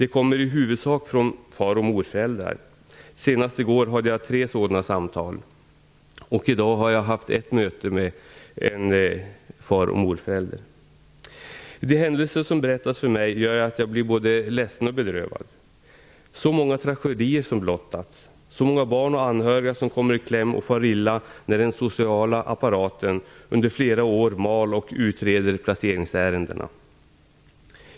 De kommer i huvudsak från far och morföräldrar. Senast i går hade jag tre sådana samtal, och i dag har jag haft ett möte med en far och morförälder. De händelser som berättas för mig gör att jag blir både ledsen och bedrövad. Så många tragedier blottas. Så många barn och anhöriga kommer i kläm och far illa när den sociala apparaten under flera år mal och utreder placeringsärenden.